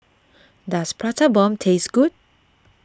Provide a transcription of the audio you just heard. does Prata Bomb taste good